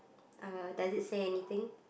uh does it say anything